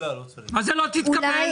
מה זה לא תתקבל?